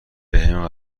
بهم